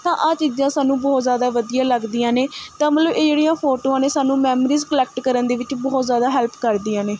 ਤਾਂ ਆਹ ਚੀਜ਼ਾਂ ਸਾਨੂੰ ਬਹੁਤ ਜ਼ਿਆਦਾ ਵਧੀਆ ਲੱਗਦੀਆਂ ਨੇ ਤਾਂ ਮਤਲਬ ਇਹ ਜਿਹੜੀਆਂ ਫੋਟੋਆਂ ਨੇ ਸਾਨੂੰ ਮੈਮਰੀਜ਼ ਕਲੈਕਟ ਕਰਨ ਦੇ ਵਿੱਚ ਬਹੁਤ ਜ਼ਿਆਦਾ ਹੈਲਪ ਕਰਦੀਆਂ ਨੇ